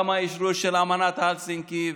גם באשרור אמנת הלסינקי,